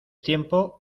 tiempo